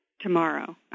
tomorrow